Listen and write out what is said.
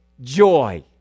joy